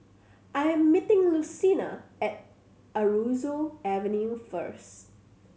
I'm meeting Lucina at Aroozoo Avenue first